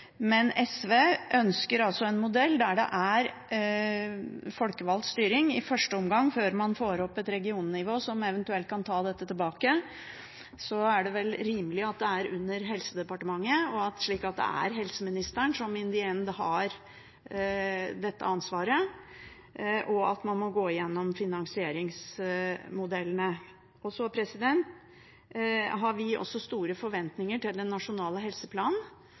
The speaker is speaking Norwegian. Men SV ønsker altså en modell der det er folkevalgt styring i første omgang, før man får opp et regionnivå som eventuelt kan ta dette tilbake. Så er det vel rimelig at det skal være under Helsedepartementet, slik at det er helseministeren som «in the end» har dette ansvaret, og at man må gå gjennom finansieringsmodellene. Vi har også store forventninger til den nasjonale helseplanen,